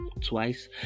twice